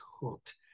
hooked